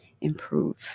improve